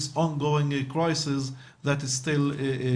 במשבר המתמשך שעדיין לא הסתיים.